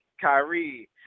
Kyrie